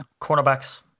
Cornerbacks